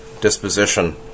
disposition